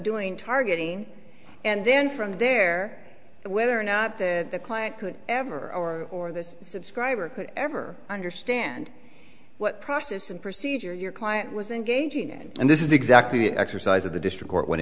doing targeting and then from there whether or not the client could ever or or this subscriber could ever understand what process and procedure your client was engaging in and this is exactly the exercise of the district court went